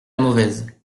mauvaise